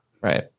Right